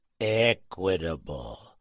equitable